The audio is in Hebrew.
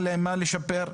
מה לשפר.